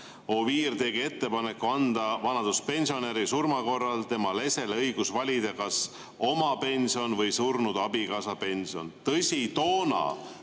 Oviir tegi ettepaneku anda vanaduspensionäri surma korral tema lesele õigus valida kas oma pension või surnud abikaasa pension." Tõsi, toona,